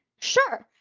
sure.